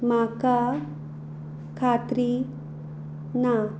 म्हाका खात्री ना